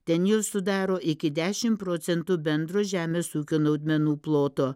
ten jos sudaro iki dešim procentų bendro žemės ūkio naudmenų ploto